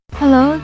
Hello